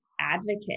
advocate